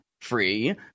free